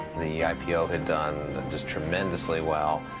the ipo had done just tremendously well.